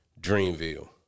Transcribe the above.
Dreamville